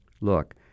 Look